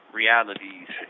realities